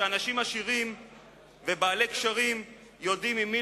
שאנשים עשירים ובעלי קשרים יודעים עם מי